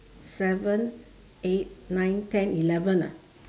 seven eight nine ten eleven ah